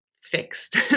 fixed